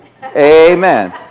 Amen